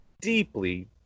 deeply